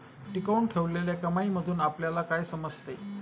टिकवून ठेवलेल्या कमाईमधून आपल्याला काय समजते?